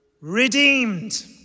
redeemed